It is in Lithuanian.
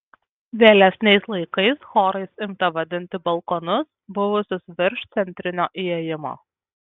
vėlesniais laikais chorais imta vadinti balkonus buvusius virš centrinio įėjimo